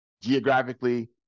geographically